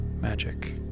magic